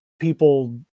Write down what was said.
people